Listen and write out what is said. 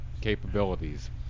capabilities